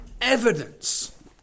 evidence